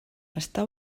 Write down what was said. està